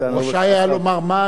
הוא רשאי היה לומר מה,